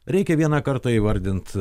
reikia vieną kartą įvardint